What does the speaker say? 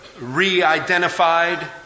re-identified